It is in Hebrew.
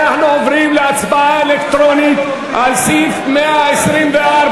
אנחנו עוברים להצבעה אלקטרונית על סעיף 124,